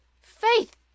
Faith